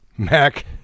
Mac